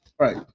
Right